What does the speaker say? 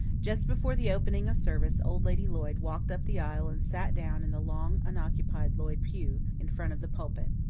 just before the opening of service old lady lloyd walked up the aisle and sat down in the long-unoccupied lloyd pew, in front of the pulpit.